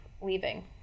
leaving